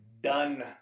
Done